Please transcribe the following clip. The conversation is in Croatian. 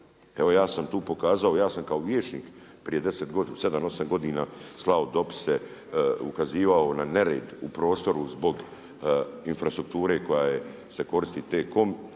Evo ja sam tu pokazao, ja sam kao vijećnik prije 7, 8 godina, slao dopise, ukazivao na nered u prostoru zbog infrastrukture koja se koristi T-COM